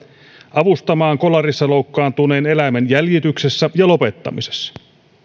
avustamaan kolarissa loukkaantuneen eläimen jäljityksessä ja lopettamisessa